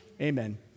Amen